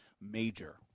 Major